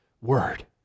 word